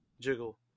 jiggle